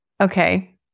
okay